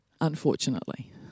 unfortunately